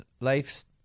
life's